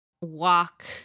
walk